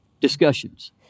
discussions